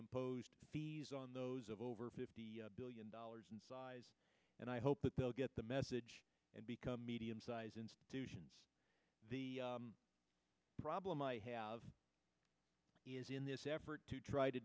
imposed fees on those of over fifty billion dollars in size and i hope that they'll get the message and become medium sized institutions the problem i have is in this effort to try to